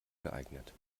geeignet